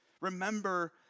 Remember